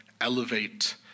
elevate